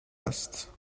است